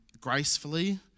gracefully